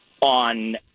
on